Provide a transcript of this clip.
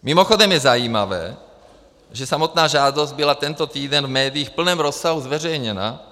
Mimochodem je zajímavé, že samotná žádost byla tento týden v médiích v plném rozsahu zveřejněna.